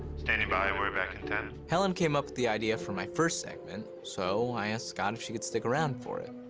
standing by. and we're back in ten. helen came up with the idea for my first segment, so i asked scott if she could stick around for it.